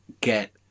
get